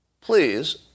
Please